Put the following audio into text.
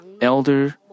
elder